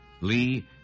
Lee